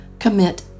Commit